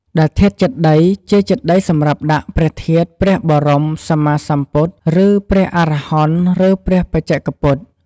ដែលធាតុចេតិយ ជាចេតិយសម្រាប់ដាក់ព្រះធាតុព្រះបរម សម្មាសម្ពុទ្ធ ឬ ព្រះអរហន្ត ឬ ព្រះបច្ចេកពុទ្ធ។